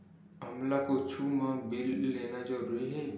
हमला कुछु मा बिल लेना जरूरी हे?